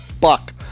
buck